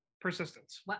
Persistence